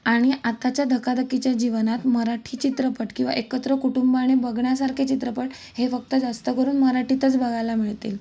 आणि आताच्या धकाधकीच्या जीवनात मराठी चित्रपट किंवा एकत्र कुटुंबाने बघण्यासारखे चित्रपट हे फक्त जास्तकरून मराठीतच बघायला मिळतील